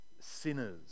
sinners